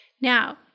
Now